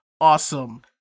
awesome